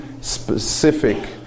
specific